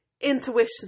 intuition